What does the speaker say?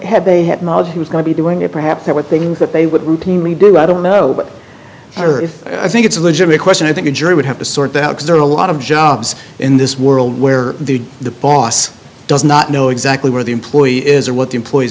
had they had knowledge he was going to be doing it perhaps there were things that they would routinely do i don't know but i or if i think it's a legitimate question i think a jury would have to sort that because there are a lot of jobs in this world where the the boss does not know exactly where the employee is or what the employees